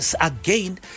again